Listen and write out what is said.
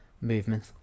movement